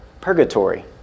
purgatory